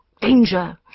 danger—